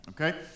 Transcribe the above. okay